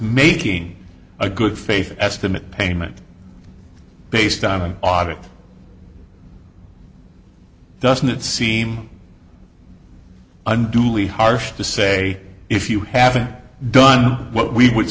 making a good faith estimate payment based on an audit doesn't it seem unduly harsh to say if you haven't done what we would